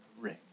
ring